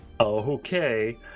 okay